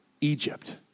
Egypt